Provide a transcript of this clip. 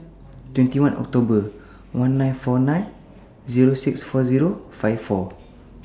twenty one October one nine four nine Zero six four Zero five four